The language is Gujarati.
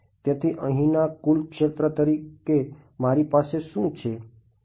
તેથી અહીંના કુલ ક્ષેત્ર તરીકે મારી પાસે શું છે